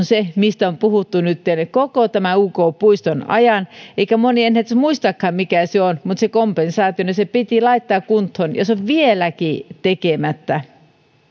se mistä on puhuttu nytten koko tämän uk puiston ajan eikä moni enää muistakaan mikä se on mutta kompensaationa se piti laittaa kuntoon ja se on vieläkin tekemättä